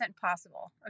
possible